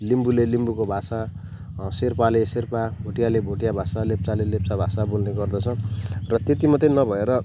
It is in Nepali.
लिम्बूले लिम्बूको भाषा शेर्पाले शेर्पा भोटियाले भोटिया भाषा लेप्चाले लेप्चा भाषा बोल्ने गर्दछ र त्यति मात्रै नभएर